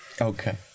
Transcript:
Okay